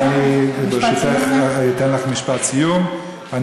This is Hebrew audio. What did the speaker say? ברשותך, משפט סיום.